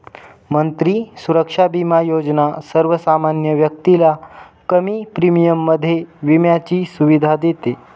मंत्री सुरक्षा बिमा योजना सर्वसामान्य व्यक्तीला कमी प्रीमियम मध्ये विम्याची सुविधा देते